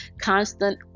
constant